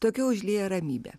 tokia užlieja ramybė